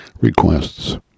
requests